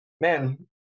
man